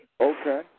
Okay